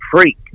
freak